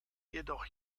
jedoch